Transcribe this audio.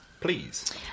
Please